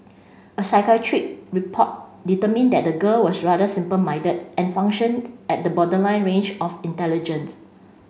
a psychiatric report determined that the girl was rather simple minded and functioned at the borderline range of intelligence